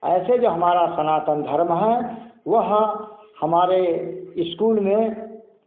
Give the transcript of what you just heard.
ऐसे जो हमारा सनातन धर्म है वह हमारे इस्कूल में